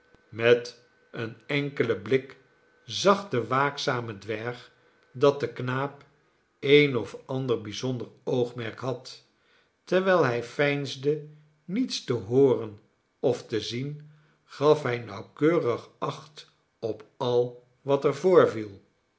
met een enkelen blik zag de waakzame dwerg dat de knaap een of ander bijzonder oogmerk had terwijl hij veinsde niets te hooren of te zien gaf hij nauwkeurig acht op al wat er